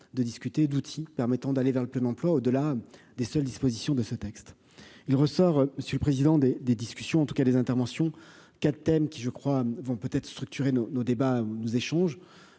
de discuter d'outils permettant d'aller vers le plein emploi au-delà des seules dispositions de ce texte, il ressort, monsieur le président des des discussions en tout cas les interventions 4 thèmes qui je crois vont peut être structuré nos nos débats nous échange